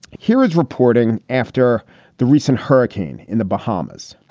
here is reporting after the recent hurricane in the bahamas